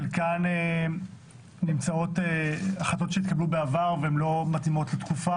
חלק מהנושאים התקבלו בעבר וכבר לא תואמים